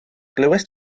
glywais